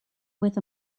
with